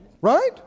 Right